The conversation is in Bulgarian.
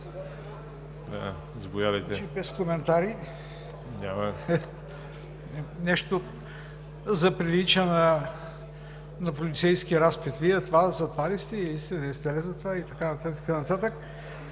Нещо заприлича на полицейски разпит: Вие за това ли сте, не сте ли за това и така нататък.